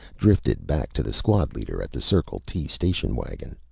drifted back to the squad leader at the circle t station wagon.